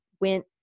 went